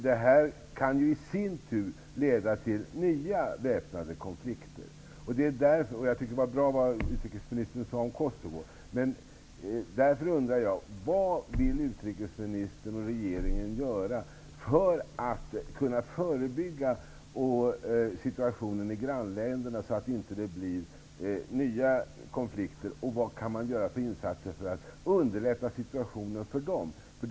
Detta kan i sin tur leda till nya väpnade konflikter -- det var bra det som utrikesministern sade om Kosovo. Jag undrar därför: Vad vill utrikesministern och regeringen göra för att förebygga situationen i grannländerna, så att det inte blir nya konflikter? Vad kan man göra för insatser för att underlätta situationen för grannländerna?